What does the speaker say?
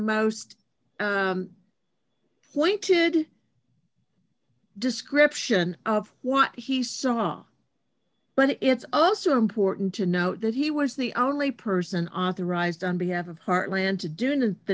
most pointed description of what he saw but it's also important to note that he was the only person authorized on behalf of heartland to doonan the